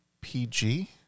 PG